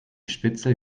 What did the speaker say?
spitzel